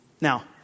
Now